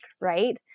right